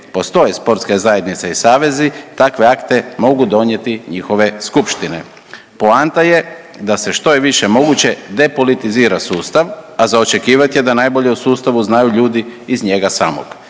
postoje sportske zajednice i savezi takve akte mogu donijeti njihove skupštine. Poanta je da se što je više moguće depolitizira sustav, a za očekivat je da najbolje u sustavu znaju ljudi iz njega samog.